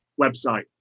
website